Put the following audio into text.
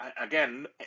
again